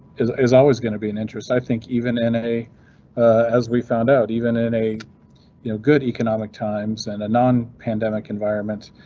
is is always going to be an interest. i think even in a as we found out, even in a you know good economic times and a non pandemic environment,